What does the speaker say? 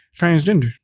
transgender